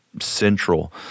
central